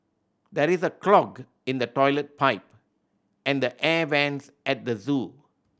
there is a clog in the toilet pipe and the air vents at the zoo